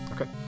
Okay